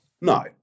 no